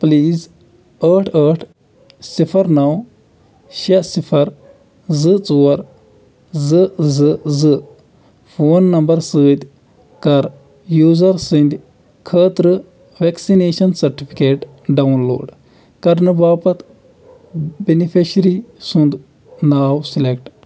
please ٲٹھ ٲٹھ صِفَر نَو شےٚ صِفَر زٕ ژور زٕ زٕ زٕ فون نمبَر سۭتۍ کر یوٗزَر سٕنٛدِ خٲطرٕ وٮ۪کسِنیشَن سَرٹِفِکیٹ ڈاوُن لوڈ کرنہٕ باپَت بٮ۪نِفیشری سُنٛد ناو سِلیٚکٹ